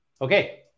Okay